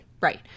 Right